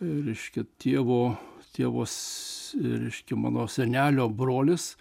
reiškia tėvo tėvas reiškia mano senelio brolis